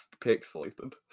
pixelated